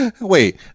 Wait